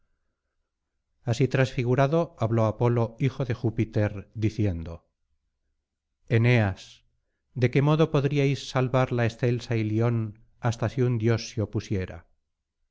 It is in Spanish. así transfigurado habló apolo hijo de júpiter diciendo eneas de qué modo podríais salvar la excelsa ilion hasta si un dios se opusiera